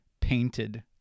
painted